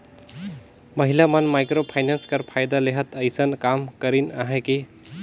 महिला मन micro finance कर फएदा लेहत अइसन काम करिन अहें कि